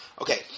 Okay